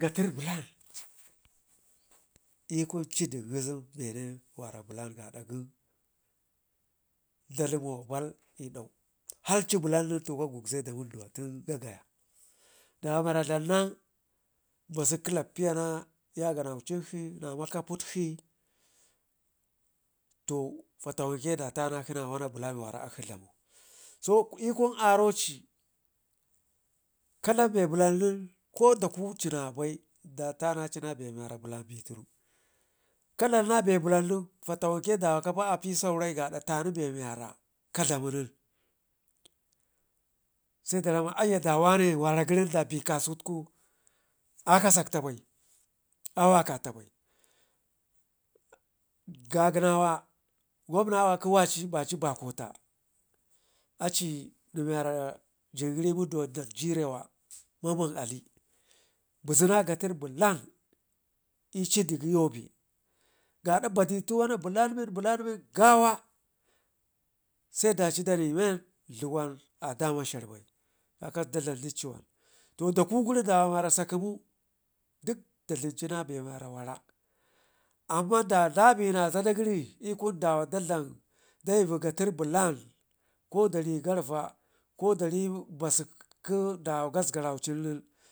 Gatər blan i'kuw cii din Ngizim be ne wara blan gaada gən dalmo bal i'dau halci blan nen to ka gubze da wunduwa ten gagaya, dawa mewara dlamna basuk klapiya na makaputkshin to fatawanke da makakshi nawan bulan wara akshi dlamu so ikun aroci ka dlam be balan nen ko dakuci nabai da tanaci be mi blan be tunu, ka dlam na be blan nen fatawenke dawa api saurain ka da tani be mi wara ka dlama nen, se da ramma aiya da wane wara gərin da be kasuktuku a kasapta ba awakata bai gagənawa gwamnawa gəwaci bakota acii nen me wara jin gəri munduwa jərewa mamman adi, bezena gatər blan i'cii diki yob e gaada baɗiti wana blalmin blalmin sedaci dani men dlugwan adama sherr bai, kakasku da dlam dici yuwan dakugəri dawa miwara sakəmu dik da dlimtina be wara, amman da dabena zada gərin i'kun dawa da dlam daivi gatar blan kodari garva ko dari basuk kə dawa gasgaraucin nen.